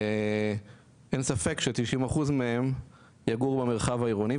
ואין ספק ש-90% מהם יגורו במרחב העירוני,